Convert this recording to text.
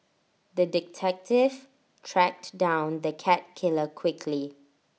the detective tracked down the cat killer quickly